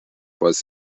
was